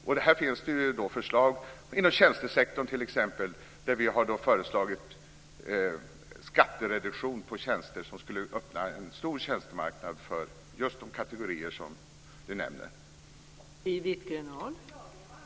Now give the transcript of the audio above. Det här finns det ju förslag om, t.ex. inom tjänstesektorn, där vi har föreslagit skattereduktion på tjänster som skulle öppna en stor tjänstemarknad för just de kategorier som Siw Wittgren-Ahl nämner.